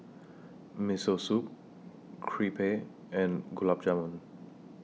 Miso Soup Crepe and Gulab Jamun